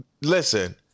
Listen